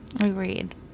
agreed